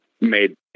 made